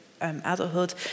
adulthood